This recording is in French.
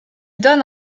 donne